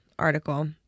article